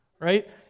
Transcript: right